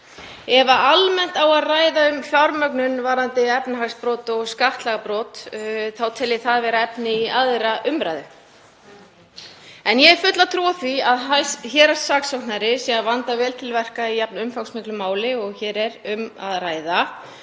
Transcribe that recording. Ef almennt á að ræða um fjármögnun varðandi efnahagsbrot og skattalagabrot þá tel ég það vera efni í aðra umræðu en ég hef fulla trú á því að héraðssaksóknari sé að vanda vel til verka í jafn umfangsmiklu máli og hér er um að ræða.